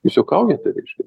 jūs juokaujate reiškia